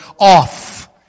off